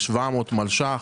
כ-700 מלש"ח,